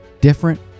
different